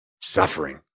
suffering